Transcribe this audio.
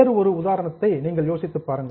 வேறு ஒரு உதாரணத்தை நீங்கள் யோசித்துப் பாருங்கள்